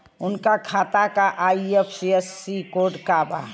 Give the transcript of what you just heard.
उनका खाता का आई.एफ.एस.सी कोड का बा?